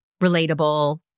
relatable